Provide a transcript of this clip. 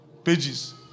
pages